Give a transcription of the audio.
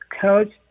Coach